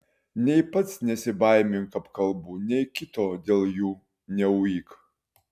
nei pats nesibaimink apkalbų nei kito dėl jų neuik